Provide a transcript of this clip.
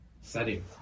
setting